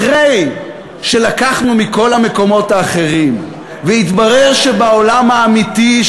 אחרי שלקחנו מכל המקומות האחרים והתברר שבעולם האמיתי,